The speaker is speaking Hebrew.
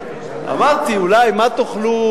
אמרתי, מה תוכלו